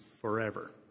forever